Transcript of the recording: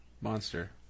monster